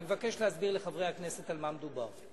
אני מבקש להסביר לחברי הכנסת על מה מדובר.